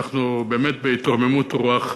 אנחנו באמת בהתרוממות רוח.